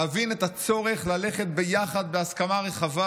להבין את הצורך ללכת ביחד בהסכמה רחבה.